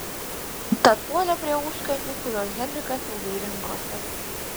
tad puolė prie užkandžių kuriuos henrikas ilgai rinkosi